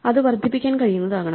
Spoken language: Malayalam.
അത് വർദ്ധിപ്പിക്കാൻ കഴിയുന്നതാകണം